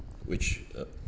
which uh